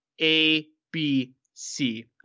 ABC